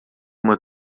uma